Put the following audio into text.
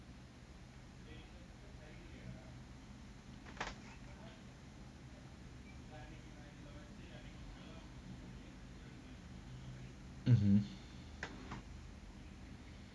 mmhmm